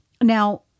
Now